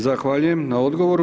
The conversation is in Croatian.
Zahvaljujem na odgovoru.